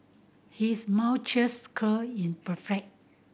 his curl is perfect